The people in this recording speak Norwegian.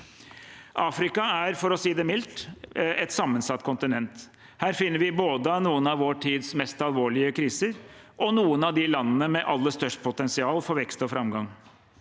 Afrika er, for å si det mildt, et sammensatt kontinent. Her finner vi både noen av vår tids mest alvorlige kriser og noen av de landene med aller størst potensial for vekst og framgang.